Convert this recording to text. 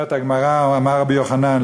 אומרת הגמרא: אמר רבי יוחנן,